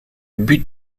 but